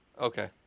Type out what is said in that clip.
Okay